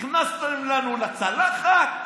נכנסתם לנו לצלחת.